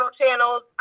channels